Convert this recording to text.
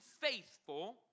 faithful